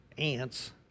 Ants